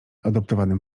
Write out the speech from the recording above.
adoptowanym